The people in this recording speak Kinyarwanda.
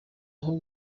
aho